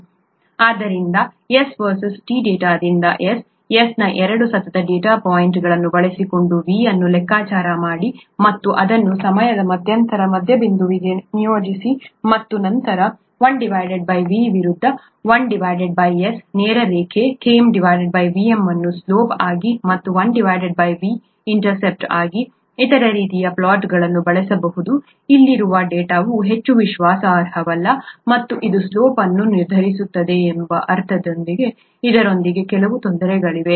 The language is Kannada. ಆದ್ದರಿಂದ S ವರ್ಸಸ್ t ಡೇಟಾದಿಂದ S S ನ ಎರಡು ಸತತ ಡೇಟಾ ಪಾಯಿಂಟ್ಗಳನ್ನು ಬಳಸಿಕೊಂಡು V ಅನ್ನು ಲೆಕ್ಕಾಚಾರ ಮಾಡಿ ಮತ್ತು ಅದನ್ನು ಸಮಯದ ಮಧ್ಯಂತರದ ಮಧ್ಯಬಿಂದುವಿಗೆ ನಿಯೋಜಿಸಿ ಮತ್ತು ನಂತರ 1 V ವಿರುದ್ಧ 1 S ನೇರ ರೇಖೆ Km Vm ಅನ್ನು ಸ್ಲೋಪ್ ಆಗಿ ಮತ್ತು 1 Vm ಇಂಟರ್ಸೆಪ್ಟ್ ಆಗಿ ಇತರ ರೀತಿಯ ಪ್ಲಾಟ್ಗಳನ್ನು ಬಳಸಬಹುದು ಇಲ್ಲಿರುವ ಡೇಟಾವು ಹೆಚ್ಚು ವಿಶ್ವಾಸಾರ್ಹವಲ್ಲ ಮತ್ತು ಇದು ಸ್ಲೋಪ್ ಅನ್ನು ನಿರ್ಧರಿಸುತ್ತದೆ ಎಂಬ ಅರ್ಥದಲ್ಲಿ ಇದರೊಂದಿಗೆ ಕೆಲವು ತೊಂದರೆಗಳಿವೆ